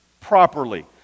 properly